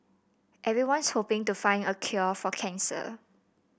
everyone's hoping to find a cure for cancer